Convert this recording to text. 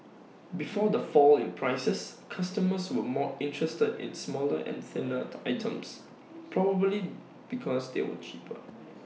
before the fall in prices customers were more interested in smaller and thinner items probably because they were cheaper